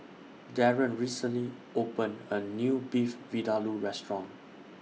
Darren recently opened A New Beef Vindaloo Restaurant